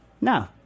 No